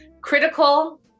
critical